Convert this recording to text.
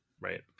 right